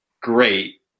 great